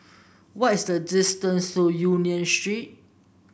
what is the distance to Union Street